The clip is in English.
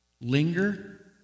linger